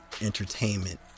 entertainment